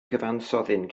cyfansoddyn